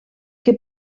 que